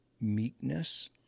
meekness